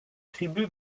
tribu